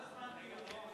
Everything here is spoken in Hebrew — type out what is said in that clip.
כמה זמן הדיון?